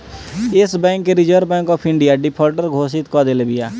एश bank के Reserve Bank of India defaulter घोषित कअ देले बिया